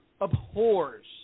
abhors